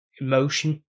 emotion